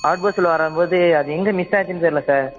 out பஸ்ஸில் வரும்போது அது எங்கே மிஸ் ஆச்சின்னு தெரில சார்